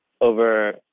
over